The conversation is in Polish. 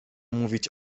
mówić